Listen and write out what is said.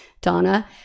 Donna